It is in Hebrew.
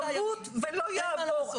יהיה --- ולא יעבור.